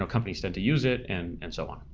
ah companies tend to use it, and and so on.